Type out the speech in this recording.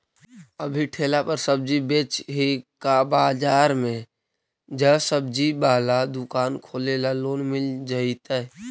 अभी ठेला पर सब्जी बेच ही का बाजार में ज्सबजी बाला दुकान खोले ल लोन मिल जईतै?